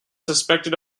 suspected